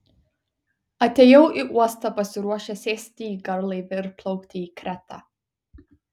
atėjau į uostą pasiruošęs sėsti į garlaivį ir plaukti į kretą